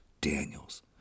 Daniels